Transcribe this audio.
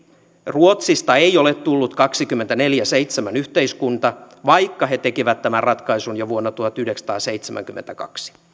ruotsista ei ole tullut kaksikymmentäneljä kautta seitsemän yhteiskunta vaikka he tekivät tämän ratkaisun jo vuonna tuhatyhdeksänsataaseitsemänkymmentäkaksi